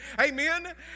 Amen